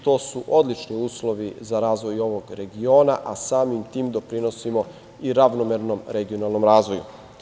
To su odlični uslovi za razvoj ovog regiona, a samim tim doprinosima i ravnomernom regionalnom razvoju.